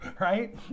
right